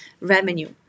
revenue